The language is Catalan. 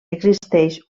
existeix